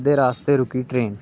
रास्ते च रुकी ट्रैन